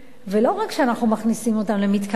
לא רק שאנחנו מכניסים אותם למתקן כליאה,